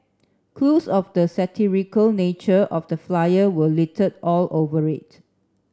clues of the satirical nature of the flyer were littered all over it